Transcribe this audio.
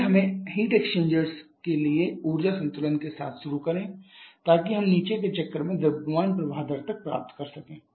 पहले हमें heat exchanger के लिए ऊर्जा संतुलन के साथ शुरू करें ताकि हम नीचे के चक्र में द्रव्यमान प्रवाह दर प्राप्त कर सकें